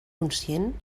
conscient